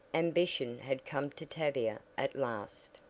ambition had come to tavia at last.